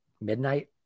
midnight